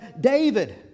david